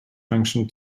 function